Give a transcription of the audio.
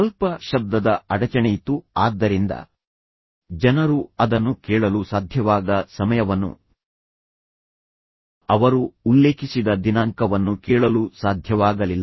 ಸ್ವಲ್ಪ ಶಬ್ದದ ಅಡಚಣೆಯಿತ್ತು ಆದ್ದರಿಂದ ಜನರು ಅದನ್ನು ಕೇಳಲು ಸಾಧ್ಯವಾಗದ ಸಮಯವನ್ನು ಅವರು ಉಲ್ಲೇಖಿಸಿದ ದಿನಾಂಕವನ್ನು ಕೇಳಲು ಸಾಧ್ಯವಾಗಲಿಲ್ಲ